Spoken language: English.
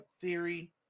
Theory